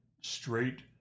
straight